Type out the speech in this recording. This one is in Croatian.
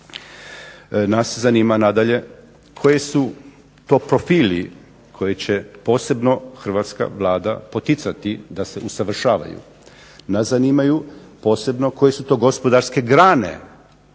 Nas zanima nadalje koji su to profili koji će posebno hrvatska Vlada poticati da se usavršavaju. Nas zanimaju posebno koje su to gospodarske grane